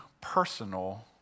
personal